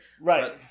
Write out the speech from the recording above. Right